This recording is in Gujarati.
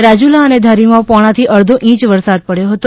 રાજુલા અને ધારીમાં પોણાથી અડધો ઇંચ વરસાદ પડયો હતો